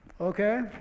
Okay